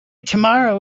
tomorrow